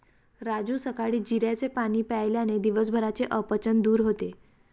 राजू सकाळी जिऱ्याचे पाणी प्यायल्याने दिवसभराचे अपचन दूर होते